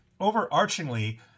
overarchingly